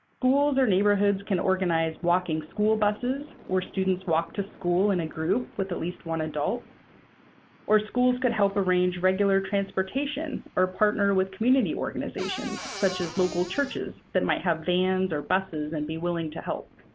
schools or neighborhoods can organize walking school buses where students walk to school in a group with at least one adult or schools could help arrange regular transportation or partner with community organizations, such as local churches, that might have vans or buses and be willing to help.